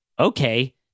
okay